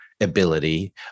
ability